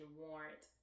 warrant